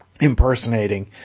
impersonating